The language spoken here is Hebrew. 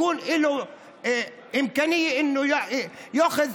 תהיה האפשרות לקבל